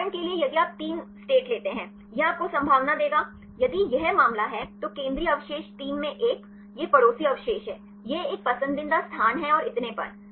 उदाहरण के लिए यदि आप 3 राज्य लेते हैं यह आपको संभावना देगा यदि यह मामला है तो केंद्रीय अवशेष 3 में 1 ये पड़ोसी अवशेष हैं यह एक पसंदीदा स्थान है और इतने पर